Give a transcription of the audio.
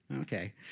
Okay